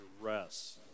rest